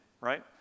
right